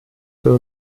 für